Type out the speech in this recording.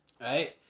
Right